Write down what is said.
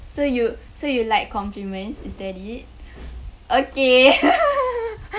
so you so you like compliments is that it okay